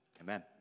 Amen